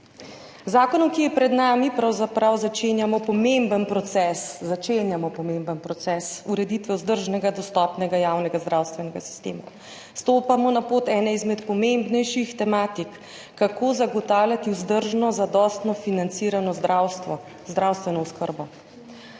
začenjamo pomemben proces, začenjamo pomemben proces ureditve vzdržnega dostopnega javnega zdravstvenega sistema. Stopamo na pot ene izmed pomembnejših tematik, kako zagotavljati vzdržno, zadostno financirano zdravstvo, zdravstveno oskrbo.